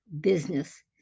business